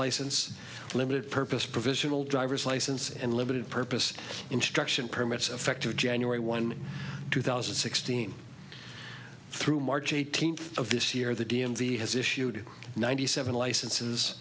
license limited purpose provisional driver's license and limited purpose instruction permits effective january one two thousand and sixteen through march eighteenth of this year the d m v has issued ninety seven lice